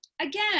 again